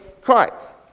Christ